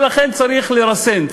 ולכן צריך לרסן,